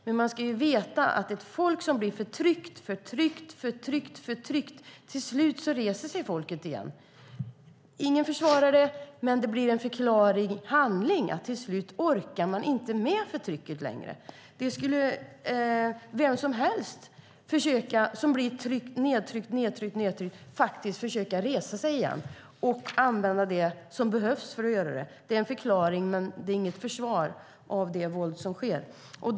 Men man ska veta att ett folk som blir förtryckt och förtryckt till slut reser sig igen. Ingen försvarar det, men det är en förklarlig handling. Till slut orkar folket inte med förtrycket längre. Vem som helst som blir nedtryckt gång på gång skulle försöka resa sig igen - och använda det som behövs för att göra det. Det är en förklaring, men det är inget försvar av det våld som förekommer.